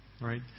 right